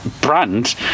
brand